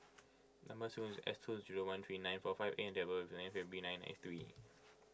Number Sequence is S two zero one three nine four five A and date of birth is nineteen February